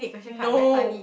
no